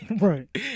right